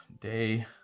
day